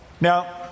Now